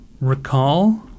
recall